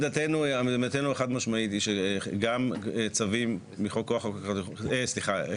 עמדתנו החד משמעית היא שגם גביית הוצאות לפי חוק התכנון והבנייה,